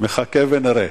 נחכה ונראה.